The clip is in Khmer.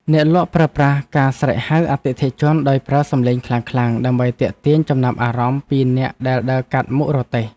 អ្នកលក់ប្រើប្រាស់ការស្រែកហៅអតិថិជនដោយប្រើសំឡេងខ្លាំងៗ ដើម្បីទាក់ទាញចំណាប់អារម្មណ៍ពីអ្នកដែលដើរកាត់មុខរទេះ។